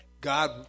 God